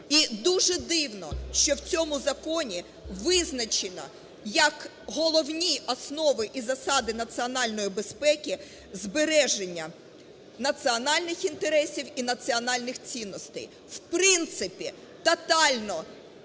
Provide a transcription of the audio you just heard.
І дуже дивно, що в цьому законі визначено як головні основи і засади національної безпеки збереження національних інтересів і національних цінностей. В принципі тотально